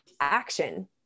action